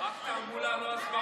רק תעמולה, לא הסברה.